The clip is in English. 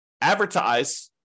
advertise